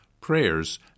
prayers